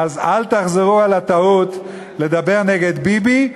אז אל תחזרו על הטעות לדבר נגד ביבי,